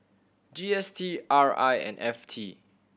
G S T R I and F T